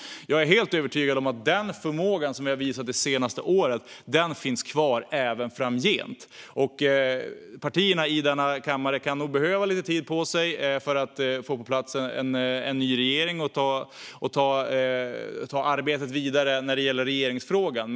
Jag är helt övertygad om att den förmåga som vi har visat det senaste året finns kvar framgent. Partierna i denna kammare kan nog behöva lite tid på sig för att få på plats en ny regering och ta arbetet vidare när det gäller regeringsfrågan.